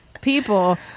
people